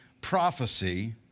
prophecy